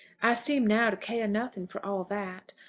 i seem now to care nothing for all that.